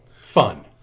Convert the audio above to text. fun